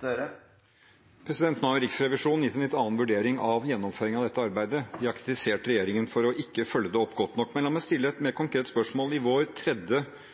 Nå har Riksrevisjonen gitt en litt annen vurdering av gjennomføringen av dette arbeidet. De har kritisert regjeringen for ikke å følge det opp godt nok. La meg stille et litt mer konkret spørsmål. I vår tredje